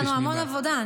יש לנו המון עבודה.